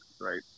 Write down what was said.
right